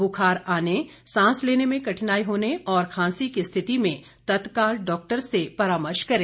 बुखार आने सांस लेने में कठिनाई होने और खांसी की स्थिति में तत्काल डॉक्टर से परामर्श करें